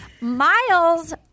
Miles